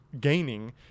gaining